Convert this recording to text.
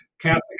Catholic